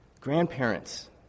grandparents